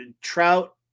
trout